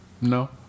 No